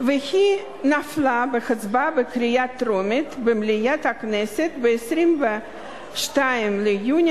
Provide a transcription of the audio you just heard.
והיא נפלה בהצבעה בקריאה טרומית במליאת הכנסת ב-22 ביוני